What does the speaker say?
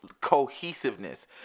cohesiveness